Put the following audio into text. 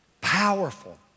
powerful